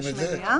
יש מניעה